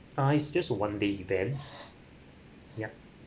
ah it's just a one day events yeah